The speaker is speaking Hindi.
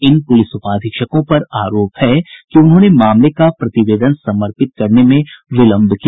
इन पुलिस उपाधीक्षकों पर आरोप है कि उन्होंने मामले का प्रतिवेदन समर्पित करने में विलंब किया